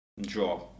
draw